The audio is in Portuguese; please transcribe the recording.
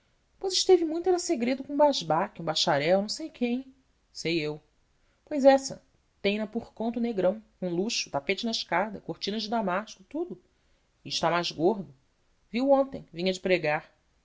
depois esteve muito em segredo com um basbaque um bacharel não sei quem sei eu pois essa tem na por conta o negrão com luxo tapete na escada cortinas de damasco tudo e está mais gordo vi-o ontem vinha de pregar